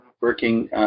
working